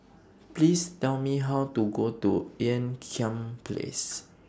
Please Tell Me How to Go to Ean Kiam Place